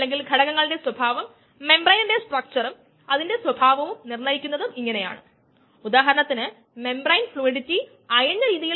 അതു നിങ്ങളുടെ പാഠപുസ്തകത്തിൽ ഉൾപ്പെടെ നമുക്ക് കാണാൻ കഴിയും അത് മറ്റ് പ്ലോട്ടുകളും നമുക്ക് നൽകും